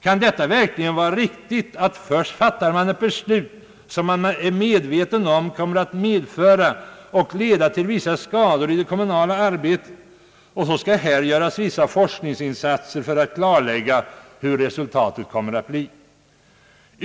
Kan det verkligen vara riktigt att först fatta ett beslut som, det är man medveten om, kommer att leda till vissa skador i det kommunala arbetet samt sedan göra vissa forskningsinsatser för att klarlägga hur resultatet kommer att bli?